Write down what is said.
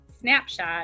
snapshot